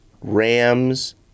Rams